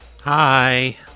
Hi